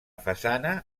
façana